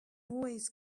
always